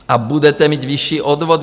A budete mít vyšší odvody.